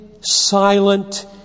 silent